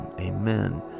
Amen